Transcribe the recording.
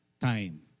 time